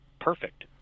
perfect